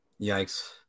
Yikes